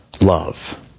love